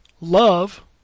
Love